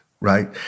Right